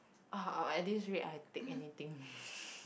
oh oh at this rate I take anything